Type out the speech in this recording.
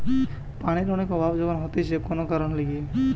পানির অনেক অভাব যখন হতিছে কোন কারণের লিগে